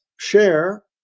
Share